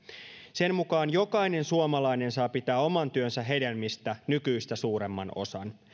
sen mukaan jokainen suomalainen saa pitää oman työnsä hedelmistä nykyistä suuremman osan